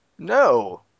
No